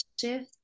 shift